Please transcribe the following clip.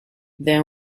then